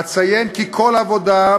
אציין כי כל עבודה,